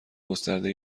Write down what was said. گسترده